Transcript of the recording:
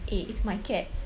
eh it's my cats